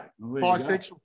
Bisexual